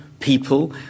people